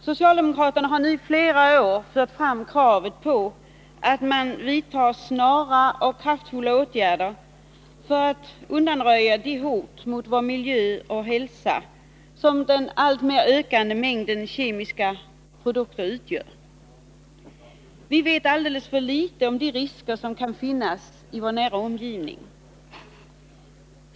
Socialdemokraterna har i flera år fört fram kravet på att man vidtar snara och kraftfulla åtgärder för att undanröja de hot mot vår miljö och hälsa som den alltmer ökande mängden kemiska produkter utgör. Vi vet alldeles för litet om de risker som kan finnas i vår nära omgivning.